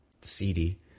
seedy